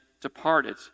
departed